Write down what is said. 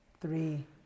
three